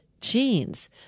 Genes